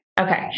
Okay